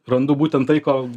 randu būtent tai ko